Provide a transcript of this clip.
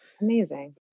Amazing